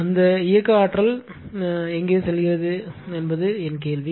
அந்த இயக்க ஆற்றல் எங்கே செல்கிறது என்பது என் கேள்வி